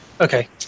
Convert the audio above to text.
Okay